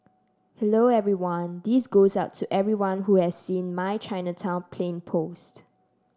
hello everyone This goes out to everyone who has seen my Chinatown plane post